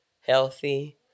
healthy